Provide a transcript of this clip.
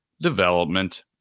Development